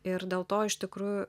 ir dėl to iš tikrųjų